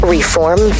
Reform